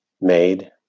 Made